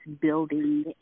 building